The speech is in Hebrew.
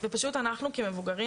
ופשוט אנחנו כמבוגרים,